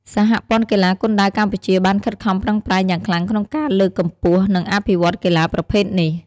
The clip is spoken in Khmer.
សហព័ន្ធកីឡាគុនដាវកម្ពុជាបានខិតខំប្រឹងប្រែងយ៉ាងខ្លាំងក្នុងការលើកកម្ពស់ និងអភិវឌ្ឍកីឡាប្រភេទនេះ។